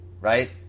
right